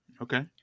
Okay